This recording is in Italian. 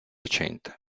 recente